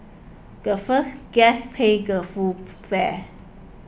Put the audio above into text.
the first guest pays the full fare